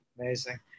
Amazing